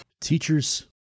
Teachers